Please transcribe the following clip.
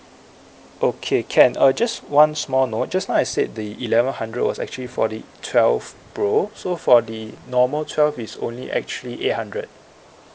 okay can uh just one small note just now I said the eleven hundred was actually for the twelve pro so for the normal twelve is only actually eight hundred